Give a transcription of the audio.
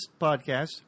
podcast